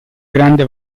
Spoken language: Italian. grande